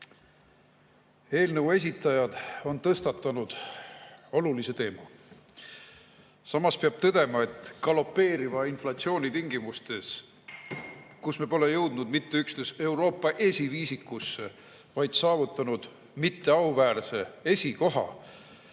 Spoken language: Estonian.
Eelnõu esitajad on tõstatanud olulise teema. Samas peab tõdema, et galopeeriva inflatsiooni tingimustes, kus me pole jõudnud mitte üksnes Euroopa esiviisikusse, vaid saavutanud mitteauväärse esikoha,